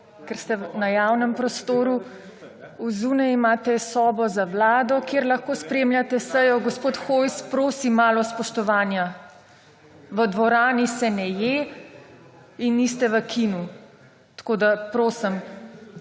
ker ste na javnem prostoru. Zunaj imate sobo za vlado, kjer lahko spremljate sejo. Gospod Hojs, prosimmalo spoštovanja. V dvorani se ne je in niste v kinu. Tako da prosim.